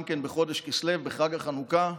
גם כן בחודש כסלו, בחג החנוכה,